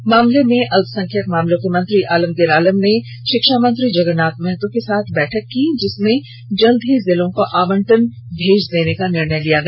इस मामले में अल्पसंख्यक मामलो के मंत्री आलमगीर आलम ने शिक्षा मंत्री जगन्नाथ महतो के साथ बैठक की जिसमे शीघ्र ही जिलों को आवंटन भेज देने का निर्णय लिया गया